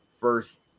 first